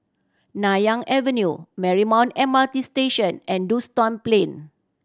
Nanyang Avenue Marymount M R T Station and Duxton Plain